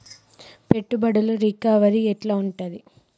పెట్టుబడుల రికవరీ ఎట్ల ఉంటది?